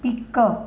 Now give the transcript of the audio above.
pickup